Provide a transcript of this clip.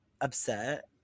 Upset